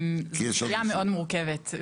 זאת סוגיה מאוד מורכבת,